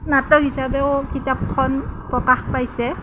নাটক হিচাবেও কিতাপখন প্ৰকাশ পাইছে